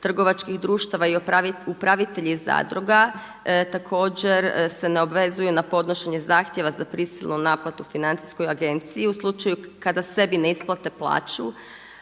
trgovačkih društava i upravitelji zadruga, također se ne obvezuju na podnošenje zahtjeva za prisilnu naplatu financijskoj agenciji u slučaju kada sebi ne isplate plaću,